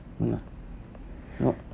no lah nope